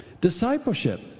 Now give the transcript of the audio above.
Discipleship